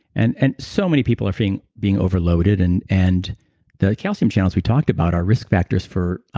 and and so many people are being being overloaded. and and the calcium channels we talked about are risk factors for